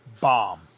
bomb